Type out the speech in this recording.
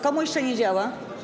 Komu jeszcze nie działa?